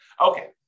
Okay